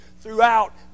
throughout